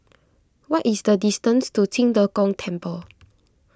what is the distance to Qing De Gong Temple